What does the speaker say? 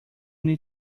need